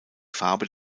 farbe